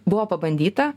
buvo pabandyta